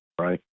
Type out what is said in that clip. Right